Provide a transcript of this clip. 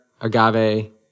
agave